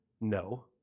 No